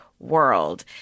World